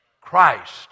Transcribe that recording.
Christ